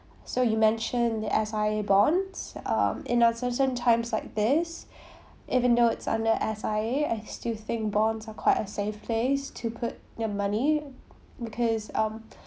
so you mentioned the S_I_A bonds um in uncertain times like this even though it's under S_I_A I still think bonds are quite a safe place to put the money because of